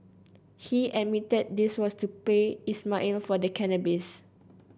he admitted this was to pay Ismail for the cannabis